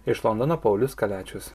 iš londono paulius kaliačius